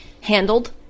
handled